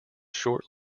short